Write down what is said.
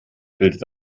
bildet